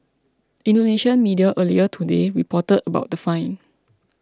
Indonesian media earlier today reported about the fine